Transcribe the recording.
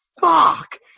fuck